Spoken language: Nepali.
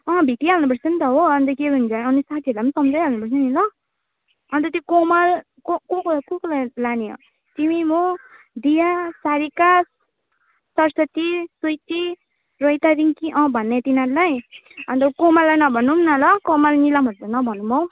अँ भेटिहाल्नु पर्छ नि त हो अन्त के भन्छ अन्त साथीहरू पनि सम्झाई हाल्नुपर्छ नि ल अन्त त्यो कोमल कस कस कसलाई कस कसलाई लाने हो तिमी म दिया सारिका सरस्वती स्विटी र यतादेखि कि भन्ने तिनीहरूलाई अन्त कोमललाई नभनौँ न ल कोमल निलमहरूलाई चाहिँ नभनौँ हो